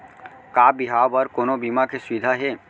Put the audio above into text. का बिहाव बर कोनो बीमा के सुविधा हे?